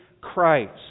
Christ